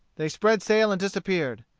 they spread sail and disappeared.